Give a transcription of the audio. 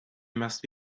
must